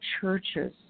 churches